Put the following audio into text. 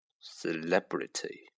celebrity